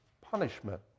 punishment